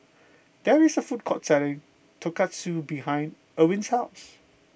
there is a food court selling Tonkatsu behind Erin's house